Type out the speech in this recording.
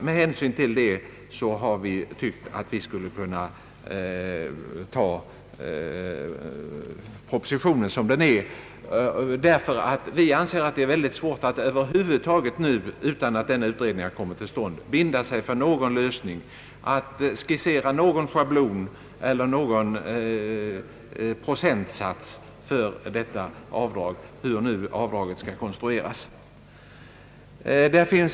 Med hänsyn därtill har vi ansett att vi kan som en provisorisk lösning tillstyrka propositionen i dess nuvarande skick, Vi anser att det är svårt att nu över huvud taget, utan att en utredning kommit till stånd, binda sig för någon lösning och skissera någon schablon eller ange någon procentsats för detta avdrag, hur det nu skall konstrueras.